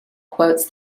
quotes